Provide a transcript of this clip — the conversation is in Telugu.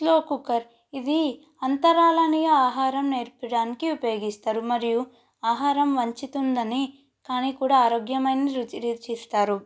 స్లో కుక్కర్ ఇది అంతరాలని ఆహారం నేర్పియడానికి ఉపయోగిస్తారు మరియు ఆహారం వండుతుందని కానీ కూడా ఆరోగ్యమైన రుచిని రుచిస్తారు